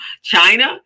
China